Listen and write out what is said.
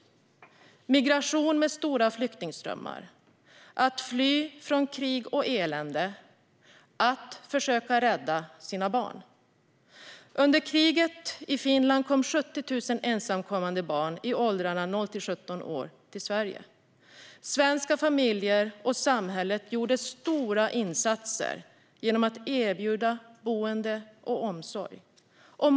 Det handlar om stora flyktingströmmar, om att fly från krig och elände och om att försöka rädda sina barn. Under kriget i Finland kom 70 000 ensamkommande barn i åldrarna 0-17 år till Sverige. Svenska familjer och samhället gjorde stora insatser genom att erbjuda boende och omsorg.